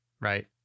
right